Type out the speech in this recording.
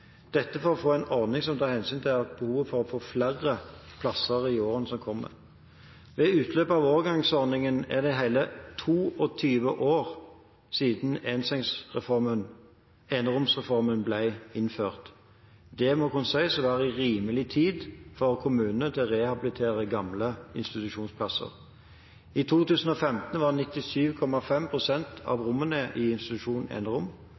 Dette er for å få en ordning som tar hensyn til behovet for å få flere plasser i årene som kommer. Ved utløp av overgangsordningen er det hele 22 år siden eneromsreformen ble innført. Det må kunne sies å være rimelig tid for kommunene til å rehabilitere gamle institusjonsplasser. I 2015 var 97,5 pst. av